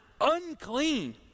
unclean